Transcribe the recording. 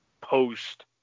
post